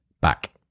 back